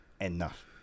enough